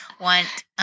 want